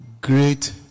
Great